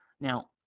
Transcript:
Now